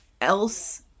else